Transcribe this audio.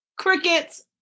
crickets